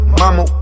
mama